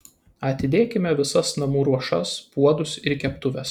atidėkime visas namų ruošas puodus ir keptuves